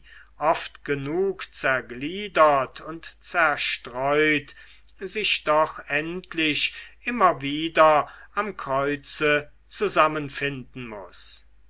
oft genug zergliedert und zerstreut sich doch endlich immer wieder am kreuze zusammenfinden muß